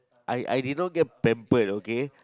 I I did not get pamper okay